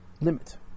limit